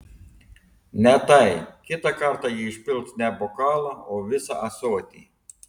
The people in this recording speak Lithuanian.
ne tai kitą kartą ji išpils ne bokalą o visą ąsotį